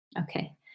Okay